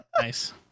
Nice